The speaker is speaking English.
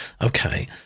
Okay